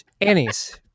Annie's